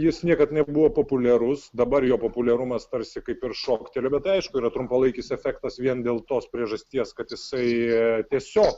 jis niekad nebuvo populiarus dabar jo populiarumas tarsi kaip ir šoktelėjo bet aišku yra trumpalaikis efektas vien dėl tos priežasties kad jisai tiesiog